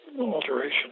alteration